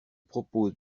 propose